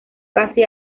casi